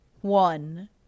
one